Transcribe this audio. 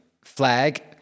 flag